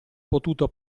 potuto